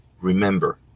Remember